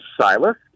Silas